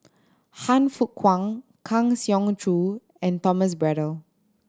Han Fook Kwang Kang Siong Joo and Thomas Braddell